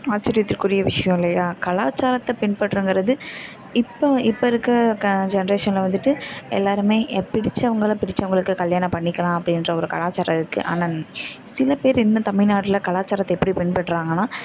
ஆச்சரியத்திற்குரிய விஷயம் இல்லையா கலாச்சாரத்தை பின்பற்றங்கிறது இப்போ இப்போ இருக்கற ஜென்ரேஷனில் வந்துட்டு எல்லாேருமே எப் பிடித்தவங்கள பிடித்தவங்களுக்கு கல்யாணம் பண்ணிக்கலாம் அப்படின்ற ஒரு கலாச்சாரம் இருக்குது ஆனால் சில பேர் இன்னும் தமிழ்நாட்டில் கலாச்சாரத்தை எப்படி பின்பற்றாங்கனால்